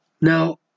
Now